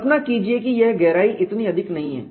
कल्पना कीजिए कि यह गहराई इतनी अधिक नहीं है